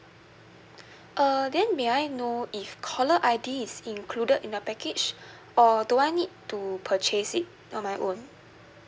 uh then may I know if caller I_D is included in the package or do I need to purchase it on my own